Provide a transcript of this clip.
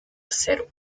acero